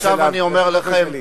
עכשיו אני אומר לכם,